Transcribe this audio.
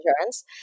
insurance